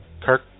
Kirk